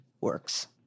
works